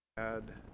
ad